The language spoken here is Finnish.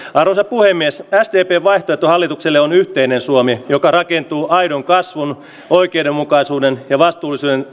puhemies sdpn vaihtoehto hallitukselle on yhteinen suomi joka rakentuu aidon kasvun oikeudenmukaisuuden ja vastuullisen valtiontalouden